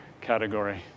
category